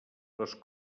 les